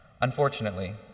Unfortunately